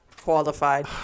Qualified